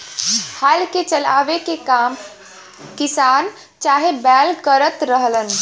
हल के चलावे के काम किसान चाहे बैल करत रहलन